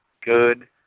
good